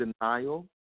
denial